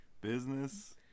business